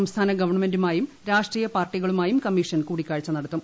സംസ്ഥാന ഗവൺമെന്റുമായും രാഷ്ട്രീയ പാർട്ടികളുമായും കമ്മീഷൻ കൂടിക്കാഴ്ച നടത്തും